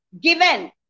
given